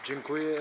Dziękuję.